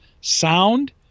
sound